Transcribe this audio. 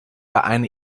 eine